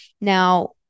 Now